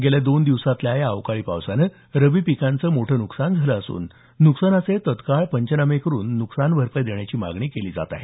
गेल्या दोन दिवसांतल्या या अवकाळी पावसानं रबी पिकांचं मोठं नुकसान झालं असून नुकसानाचे तत्काळ पंचनामे करून नुकसान भरपाई देण्याची मागणी केली जात आहे